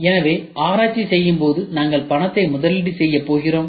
எனவே ஆராய்ச்சி செய்யும் போது நாங்கள் பணத்தை முதலீடு செய்யப் போகிறோம்